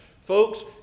folks